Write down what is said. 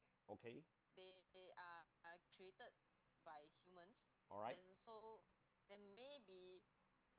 okay alright